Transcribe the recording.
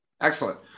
Excellent